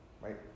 right